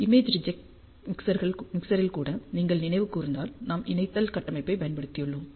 image reject மிக்சரில் கூட நீங்கள் நினைவு கூர்ந்தால் நாம் இணைத்தல் கட்டமைப்பைப் பயன்படுத்தியுள்ளோம்